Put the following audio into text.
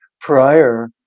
prior